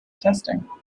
testing